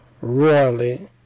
royally